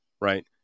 Right